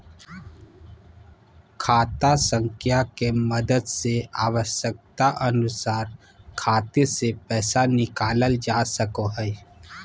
खाता संख्या के मदद से आवश्यकता अनुसार खाते से पैसा निकालल जा सको हय